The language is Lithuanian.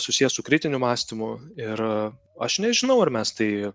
susiję su kritiniu mąstymu ir aš nežinau ar mes tai